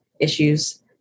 issues